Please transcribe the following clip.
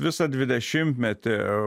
visą dvidešimtmetį